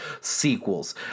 sequels